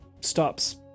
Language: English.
stops